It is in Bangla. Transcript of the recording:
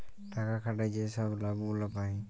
টাকা খাটায় যে ছব লাভ গুলা পায়